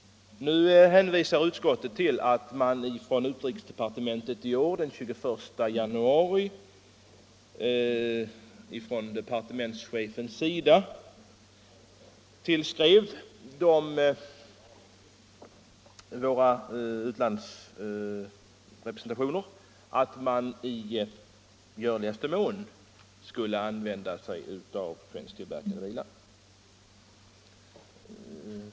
Nu hänvisar utskottet till att chefen för utrikesdepartementet den 22 januari i år tillskrev våra utlandsrepresentationer med uppmaning att i görligaste mån använda svensktillverkade bilar.